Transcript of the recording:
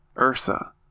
ursa